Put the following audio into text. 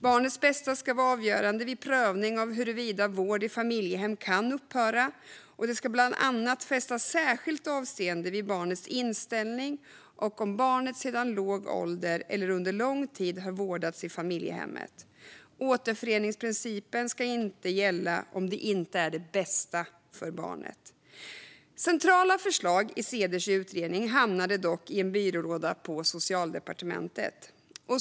Barnets bästa ska vara avgörande vid prövning av huruvida vård i familjehem kan upphöra. Det ska bland annat fästas särskilt avseende vid barnets inställning och om barnet sedan låg ålder eller under lång tid har vårdats i familjehemmet. Återföreningsprincipen ska inte gälla om det inte är det bästa för barnet. Centrala förslag i Ceders utredning hamnade dock i en byrålåda på Socialdepartementet.